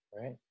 right